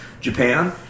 Japan